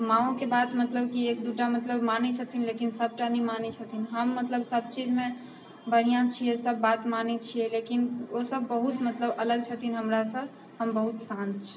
माँओ के बात मतलब की एक दूटा मतलब मानै छथिन लेकिन सबटा नहि मानै छथिन हम मतलब सब चीज मे बढ़िऑं छियै सब बात मानै छियै लेकिन ओसब बहुत मतलब अलग छथिन हमरासँ हम बहुत शान्त छी